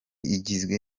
igizwe